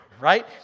Right